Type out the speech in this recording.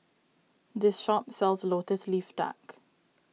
this shop sells Lotus Leaf Duck